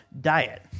diet